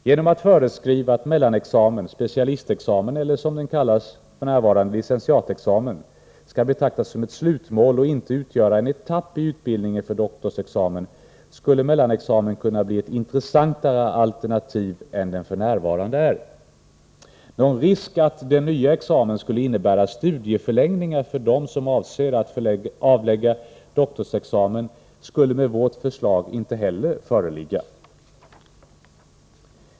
Genom att föreskriva att mellanexamen, specialistexamen eller, som den nu kallas, licentiatexamen skall betraktas som ett slutmål och inte utgöra en etapp i utbildning för doktorsexamen, skulle mellanexamen kunna bli ett intressan — Nr 166 tare alternativ än den f. n. är. Någon risk att den nya examen skulle innebära en studieförlängning för dem som avser att avlägga doktorsexamen skulle inte heller föreligga när det gäller vårt förslag.